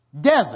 Desert